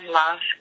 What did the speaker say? love